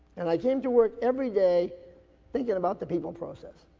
and i came to work every day thinking about the people process.